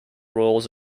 royals